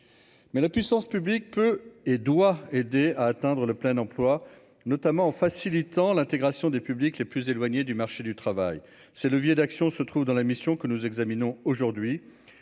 mais la puissance publique peut et doit aider à atteindre le plein emploi, notamment en facilitant l'intégration des publics les plus éloignés du marché du travail ces leviers d'action se trouve dans la mission que nous examinons, aujourd'hui,